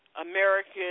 American